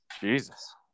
Jesus